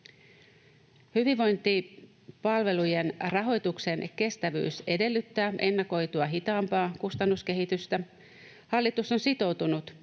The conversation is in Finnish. Hyvinvointipalvelujen rahoituksen kestävyys edellyttää ennakoitua hitaampaa kustannuskehitystä. Hallitus on sitoutunut